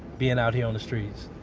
being out here on the streets?